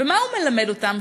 ומה הוא מלמד אותם?